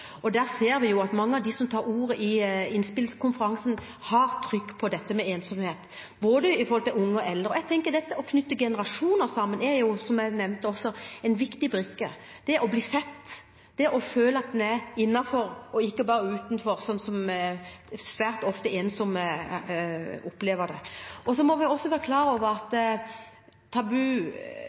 Der ser vi at mange av dem som tar ordet i innspillskonferansen, har trykk på ensomhet når det gjelder både unge og eldre. Jeg tenker – som jeg også nevnte – at det å knytte generasjoner sammen er en viktig brikke: det å bli sett, det å føle at en er innenfor og ikke bare utenfor, slik ensomme svært ofte opplever det. Vi må også være klar over